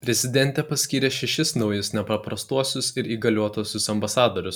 prezidentė paskyrė šešis naujus nepaprastuosius ir įgaliotuosiuos ambasadorius